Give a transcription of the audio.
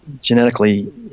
genetically